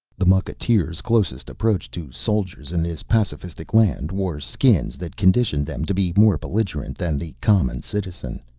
the mucketeers, closest approach to soldiers in this pacifistic land, wore skins that conditioned them to be more belligerent than the common citizen.